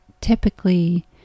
typically